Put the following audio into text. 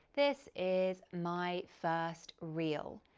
this is my first reel.